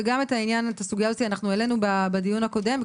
גם את הסוגיה הזאת העלינו בדיון בקודם.